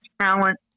talent